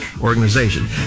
organization